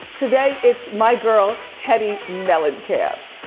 today it's my girl, teddi mellencamp.